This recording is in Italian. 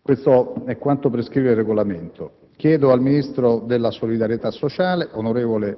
Questo è quanto prescrive il Regolamento. Chiedo al ministro della solidarietà sociale, onorevole